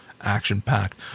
action-packed